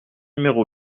numéro